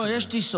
לא, יש טיסות.